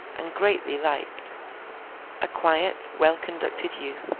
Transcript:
and greatly liked a quiet, well-conducted youth,